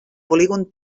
polígon